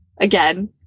again